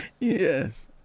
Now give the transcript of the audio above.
Yes